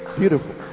beautiful